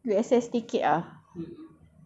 I I will take the express one ah